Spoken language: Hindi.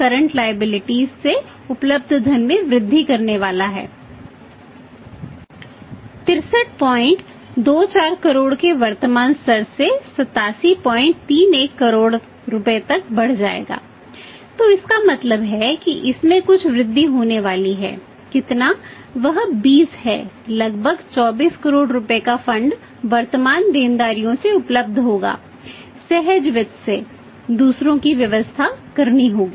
करंट लायबिलिटीज वर्तमान देनदारियों से उपलब्ध होगा सहज वित्त से दूसरों की व्यवस्था करनी होगी